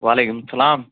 وعلیکُم اسَلام